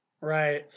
right